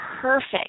perfect